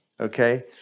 okay